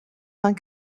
vingt